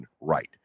right